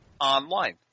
online